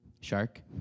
Shark